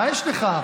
מה יש לך?